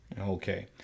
Okay